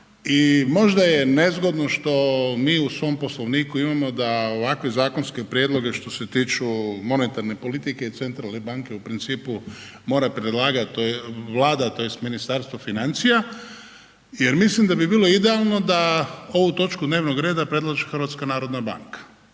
i možda je nezgodno što mi u svom Poslovniku imamo da ovakve zakonske prijedloge što se tiču monetarne politike i centralne banke u principu mora predlagat Vlada, tj. Ministarstvo financija jer mislim da bi bilo idealno da ovu točku dnevnog reda predlaže HNB. I sve